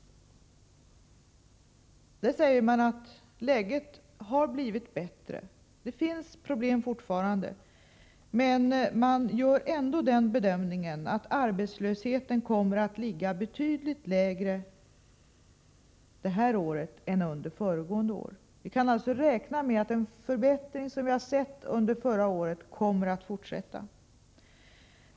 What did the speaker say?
Där säger man att läget har blivit bättre. Det finns fortfarande problem, men man gör ändå den bedömningen att arbetslösheten kommer att ligga betydligt lägre det här året än under föregående år. Vi kan alltså räkna med att den förbättring som vi har sett under förra året kommer att fortsätta.